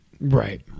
Right